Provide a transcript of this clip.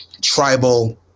tribal